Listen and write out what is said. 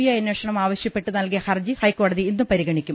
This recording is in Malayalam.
ഐ അന്വേഷണം ആവശ്യപ്പെട്ട് നൽകിയ ഹർജി ഹൈക്കോടതി ഇന്ന് പരിഗണിക്കും